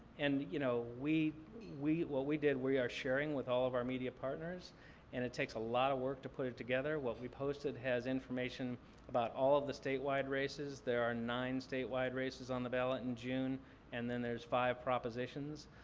and you know what we did, we are sharing with all of our media partners and it takes a lot of work to put it together. what we posted has information about all of the statewide races. there are nine statewide races on the ballot in june and then there's five propositions.